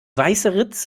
weißeritz